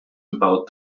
about